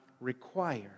require